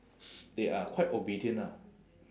they are quite obedient ah